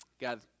God